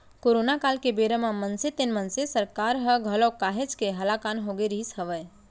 corona काल के बेरा म मनसे तेन मनसे सरकार ह घलौ काहेच के हलाकान होगे रिहिस हवय